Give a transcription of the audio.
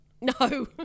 No